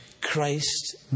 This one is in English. Christ